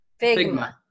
Figma